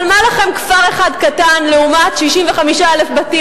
אבל מה לכם כפר אחד קטן לעומת 65,000 בתים